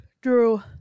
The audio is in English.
Drew